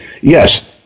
Yes